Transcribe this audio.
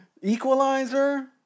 Equalizer